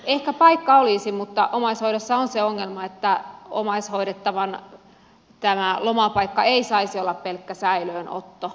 ehkä paikka olisi mutta omaishoidossa on se ongelma että omaishoidettavan lomapaikka ei saisi olla pelkkä säilöönotto